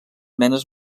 nenes